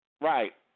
Right